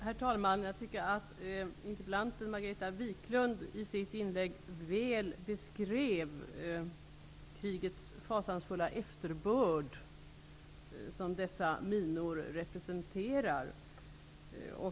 Herr talman! Jag tycker att interpellanten Margareta Viklund i sitt inlägg väl beskrev krigets fasansfulla efterbörd, som dessa minor representerar.